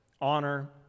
honor